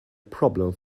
problem